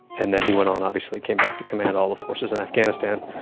and then he went on, obviously came back to command all the forces in afghanistan